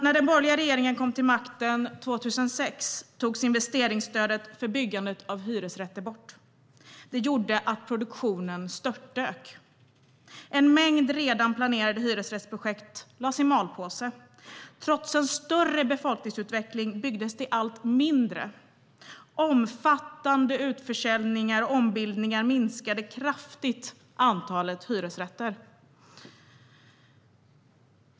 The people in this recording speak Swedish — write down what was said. När den borgerliga regeringen kom till makten 2006 togs investeringsstödet för byggande av hyresrätter bort. Det gjorde att produktionen störtdök. En mängd redan planerade hyresrättsprojekt lades i malpåse. Trots en allt större befolkningsutveckling byggdes det allt mindre. Omfattande utförsäljningar och ombildningar minskade kraftigt antalet hyresrätter.